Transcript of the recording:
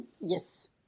Yes